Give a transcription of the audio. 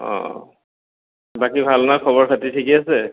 অঁ বাকী ভাল ন খবৰ খাতি ঠিকে আছে